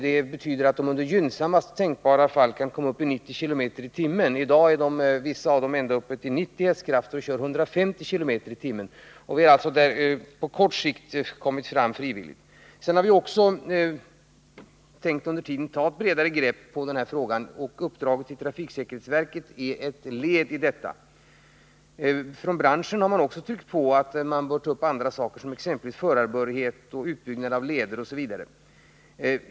Det betyder att de i gynnsammaste tänkbara fall kommer upp i 90 km per timme. I dag har vissa av dem effekter på ända upp till 90 hästkrafter och kör 150 km per timme. Vi har alltså på kort sikt kommit fram genom frivilliga åtgärder. Vi har också tänkt att under tiden ta ett bredare grepp på frågan. Uppdraget till trafiksäkerhetsverket är ett led i detta. Från branschen har man också tryckt på om att sådant som förarbehörighet och utbyggnad av leder bör tas upp.